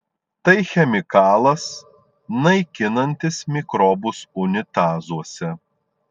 tai chemikalas naikinantis mikrobus unitazuose